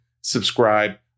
subscribe